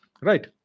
Right